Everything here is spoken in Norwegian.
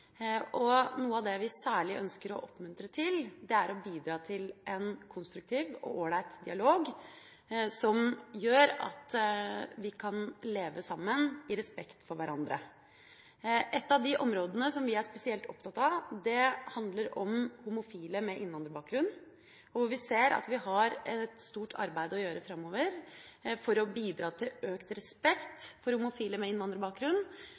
riktig. Noe av det vi særlig ønsker å oppmuntre til, er å bidra til en konstruktiv og ålreit dialog som gjør at vi kan leve sammen i respekt for hverandre. Et av de områdene vi er spesielt opptatt av, handler om homofile med innvandrerbakgrunn. Vi ser at vi har et stort arbeid å gjøre framover for å bidra til økt respekt for homofile med innvandrerbakgrunn